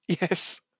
Yes